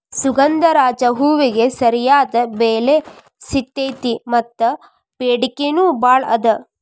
ಸುಗಂಧರಾಜ ಹೂವಿಗೆ ಸರಿಯಾದ ಬೆಲೆ ಸಿಗತೈತಿ ಮತ್ತ ಬೆಡಿಕೆ ನೂ ಬಾಳ ಅದ